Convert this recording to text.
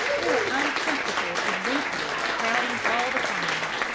there were unprincipled adventurers crowding all the colonies,